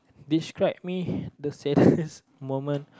describe me the saddest moment